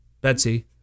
Betsy